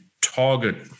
target